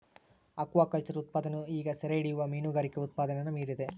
aquaculture ಉತ್ಪಾದನೆಯು ಈಗ ಸೆರೆಹಿಡಿಯುವ ಮೀನುಗಾರಿಕೆ ಉತ್ಪಾದನೆನ ಮೀರಿದೆ